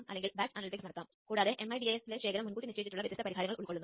തുടർന്ന് റിസീവറിൽ സൂചിപ്പിക്കുന്നു